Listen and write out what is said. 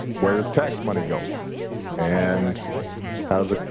where is tax money going and how's ah